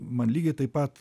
man lygiai taip pat